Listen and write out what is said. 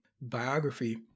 biography